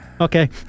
Okay